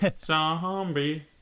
zombie